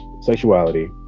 Sexuality